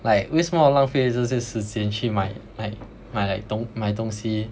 like 为什么浪费这些时间去买买买 like 东卖东西